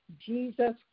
Jesus